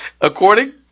According